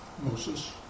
Moses